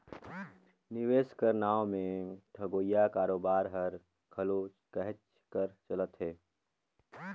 निवेस कर नांव में ठगोइया कारोबार हर घलो कहेच कर चलत हे